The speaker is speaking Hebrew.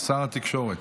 שר התקשורת,